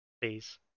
please